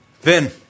Vin